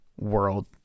world